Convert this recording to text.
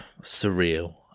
surreal